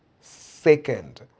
second